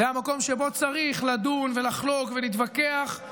זה המקום שבו צריך לדון ולחלוק ולהתווכח,